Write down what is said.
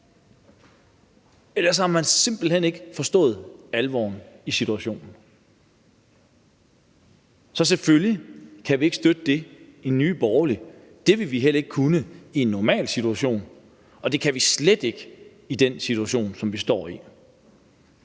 ellers har man simpelt hen ikke forstået alvoren i situationen. Så selvfølgelig kan vi i Nye Borgerlige ikke støtte det – det ville vi ikke kunne i en normal situation, og det kan vi slet ikke i den situation, som vi står i.